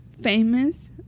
famous